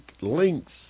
links